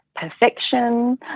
perfection